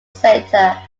center